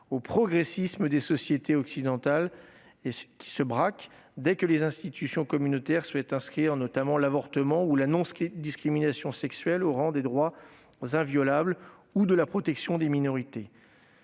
au progressisme des sociétés occidentales et qui se braque dès que les institutions communautaires souhaitent inscrire, par exemple, l'avortement ou la non-discrimination sexuelle au rang des « droits inviolables » ou de la « protection des minorités